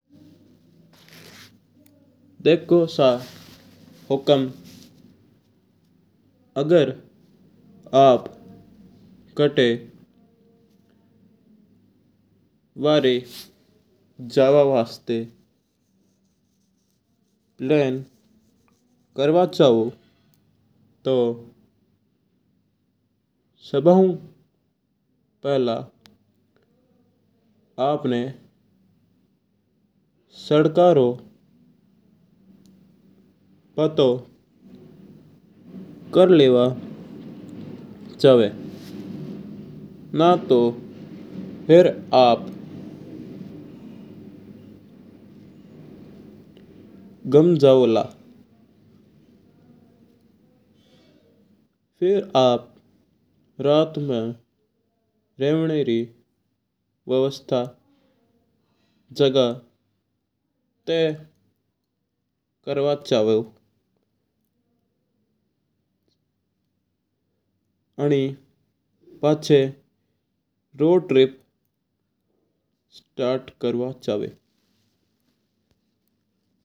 देखो सा हुकम अगर आप कता वारे जवा वास्ता प्लेन करवा चाओ तो सभूँ पहिला आपणा सडको रा पता कर लेनो चाव। ना तो फिर अर आप गुम जावला फिर आप रात भर रेवना री व्यवस्था जगह नई हुआ अन्ना पछ रोड ट्रिप करवा चाव।